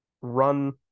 run